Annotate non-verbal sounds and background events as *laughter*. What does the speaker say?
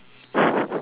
*breath*